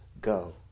go